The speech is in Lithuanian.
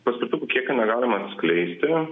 paspirtukų kiekio negalima atskleisti